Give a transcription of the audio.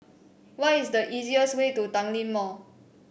what is the easiest way to Tanglin Mall